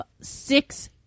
six